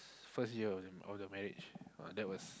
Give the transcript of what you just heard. first year of the of the marriage !wah! that was